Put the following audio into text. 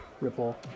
ripple